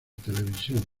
televisión